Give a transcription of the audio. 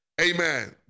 Amen